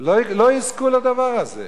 לא יזכו לדבר הזה.